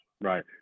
right